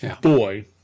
Boy